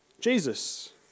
Jesus